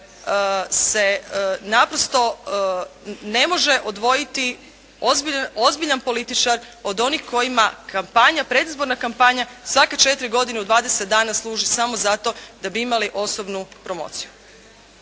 se naprosto ne može odvojiti ozbiljan političar od onih kojima kampanja, predizborna kampanja svake četiri godine u 20 dana služi samo zato da bi imali osobnu promociju.